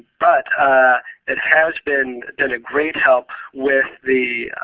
but it has been been a great help with the